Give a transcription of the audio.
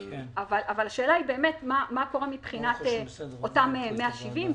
השאלה היא באמת מה קורה מבחינת אותם 170?